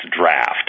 draft